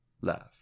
laugh